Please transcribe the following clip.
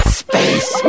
space